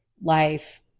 life